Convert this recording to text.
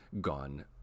gone